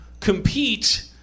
compete